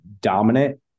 dominant